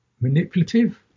manipulative